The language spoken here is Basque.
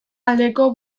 aldeko